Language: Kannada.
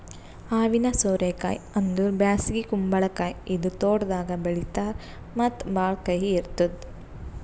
ಹಾವಿನ ಸೋರೆ ಕಾಯಿ ಅಂದುರ್ ಬ್ಯಾಸಗಿ ಕುಂಬಳಕಾಯಿ ಇದು ತೋಟದಾಗ್ ಬೆಳೀತಾರ್ ಮತ್ತ ಭಾಳ ಕಹಿ ಇರ್ತುದ್